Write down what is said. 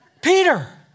Peter